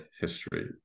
history